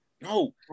No